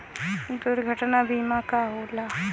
दुर्घटना बीमा का होला?